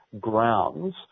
grounds